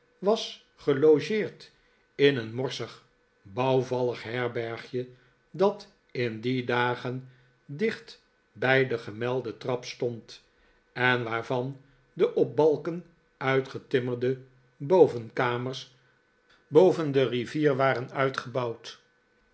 was gelogeerd in een morsig bouwvallig herbergje dat in die dagen dicht bij de gemelde trap stond en waarvan de op balken uitgetimmerde bovenkamers boven de rivier waren uitgebouwd